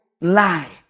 lie